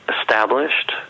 established